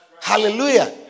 Hallelujah